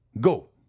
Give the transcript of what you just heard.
Go